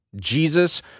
Jesus